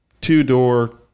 two-door